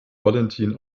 valentin